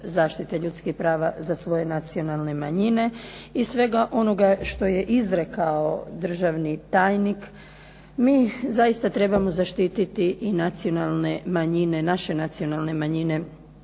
zaštite ljudskih prava za svoje nacionalne manjine i svega onoga što je izrekao državni tajnik mi zaista trebamo zaštiti i nacionalne manjine, naše nacionalne manjine.